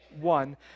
one